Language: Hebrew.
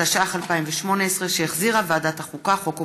התשע"ח 2018, שהחזירה ועדת החוקה, חוק ומשפט.